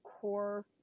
core